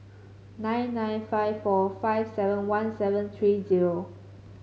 nine nine five four five seven one seven three zero